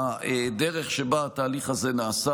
הדרך שבה התהליך הזה נעשה.